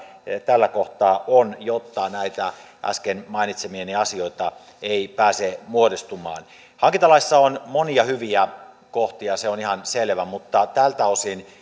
tällä kohtaa on jotta näitä äsken mainitsemiani asioita ei pääse muodostumaan hankintalaissa on monia hyviä kohtia se on ihan selvä mutta tältä osin